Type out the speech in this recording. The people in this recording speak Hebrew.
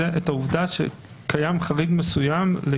חלק מהאמצעים הסבירים שהגוף צריך